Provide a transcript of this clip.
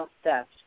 steps